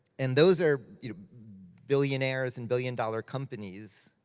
and those are you know billionaires, and billion-dollar companies.